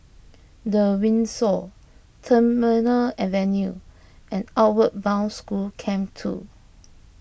the Windsor Terminal Avenue and Outward Bound School Camp two